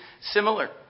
similar